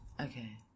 Okay